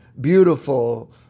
beautiful